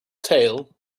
tale